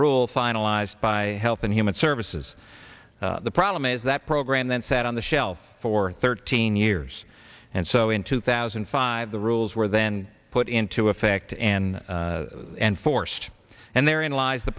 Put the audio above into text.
rule finalized by health and human services the problem is that program then sat on the shelf for thirteen years and so in two thousand and five the rules were then put into effect and enforced and therein lies the